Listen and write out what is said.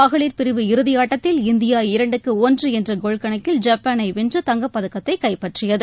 மகளிர் பிரிவு இறுதி ஆட்டத்தில் இந்தியா இரண்டுக்கு ஒன்று என்ற கோல் கணக்கில் ஜப்பாளை வென்று தங்கப் பதக்கத்தை கைப்பற்றியது